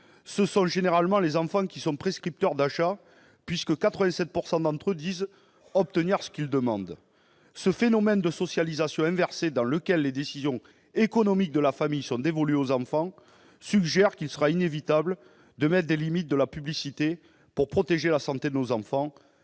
ce sont généralement les enfants qui sont prescripteurs d'achats, puisque 87 % d'entre eux disent obtenir ce qu'ils demandent. Ce phénomène de socialisation inversée, dans lequel les décisions économiques de la famille sont dévolues aux enfants, suggère qu'il sera inévitable de mettre des limites à la publicité pour protéger la santé de nos enfants.